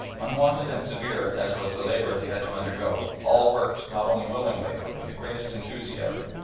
unwonted and severe as was the labour they had to undergo, all worked not only willingly but with the greatest enthusiasm,